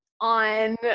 on